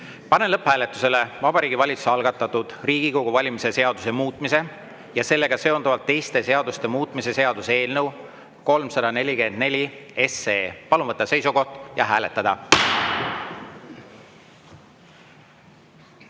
Panen lõpphääletusele Vabariigi Valitsuse algatatud Riigikogu valimise seaduse muutmise ja sellega seonduvalt teiste seaduste muutmise seaduse eelnõu 344. Palun võtta seisukoht ja hääletada!